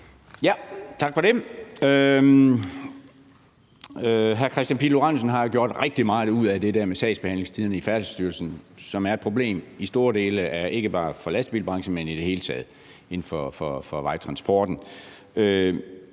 Tak for det. Hr. Kristian Pihl Lorentzen har jo gjort rigtig meget ud af det der med sagsbehandlingstiderne i Færdselsstyrelsen, som er et problem, ikke bare for lastbilbranchen, men i det hele taget inden for vejtransporten.